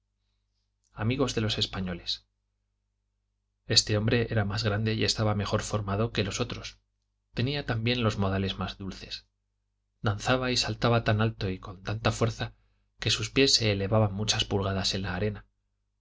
amigos de los españoles este hombre era más grande y estaba mejor formado que los otros tenía también los modales más dulces danzaba y saltaba tan alto y con tanta fuerza que sus pies se elevaban muchas pulgadas en la arena